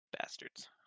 Bastards